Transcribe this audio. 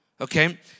Okay